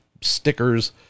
stickers